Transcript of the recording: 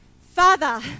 Father